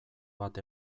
bat